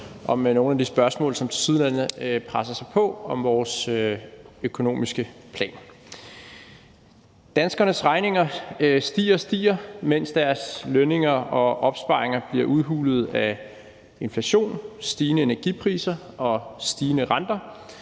om nogle af de spørgsmål, som tilsyneladende presser sig på, om vores økonomiske planer. Danskernes regninger stiger og stiger, mens deres lønninger og opsparinger bliver udhulet af inflation, stigende energipriser og stigende renter.